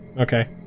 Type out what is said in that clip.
Okay